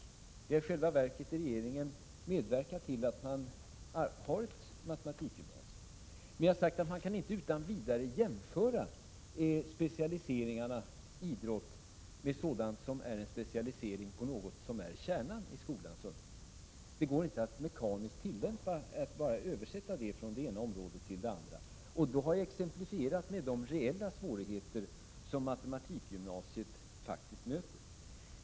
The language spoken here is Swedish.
Regeringen hari själva verket medverkat till att vi har ett matematikgymnasium. Men jag har sagt att man inte utan vidare kan jämföra specialiseringarna idrott med specialiseringar beträffande sådant som är kärnan i skolans undervisning. Det går inte att mekaniskt tillämpa och bara översätta från det ena området till det andra. Jag har då exemplifierat med de reella svårigheter som matematikgymnasiet faktiskt möter.